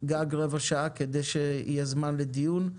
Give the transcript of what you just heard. גג רבע שעה כדי שיהיה זמן לדיון.